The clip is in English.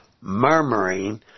murmuring